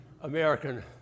American